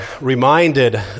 reminded